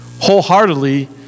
wholeheartedly